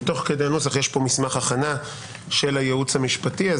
ותוך כדי הנוסח יש פה מסמך הכנה של הייעוץ המשפטי.